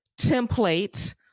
template